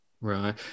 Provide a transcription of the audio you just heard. Right